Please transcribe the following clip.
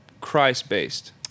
Christ-based